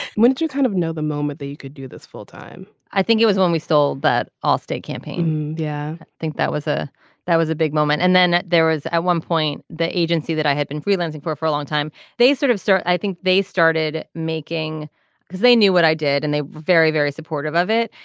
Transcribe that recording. when did you kind of know the moment that you could do this full time i think it was when we sold but all state campaign. yeah i think that was a that was a big moment. and then there was at one point the agency that i had been freelancing for for a long time. they sort of start i think they started making because they knew what i did and they were very very supportive of it.